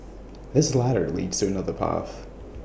this ladder leads to another path